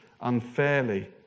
unfairly